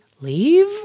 leave